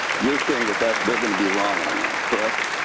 you're saying that that they're going to be wrong on that. correct?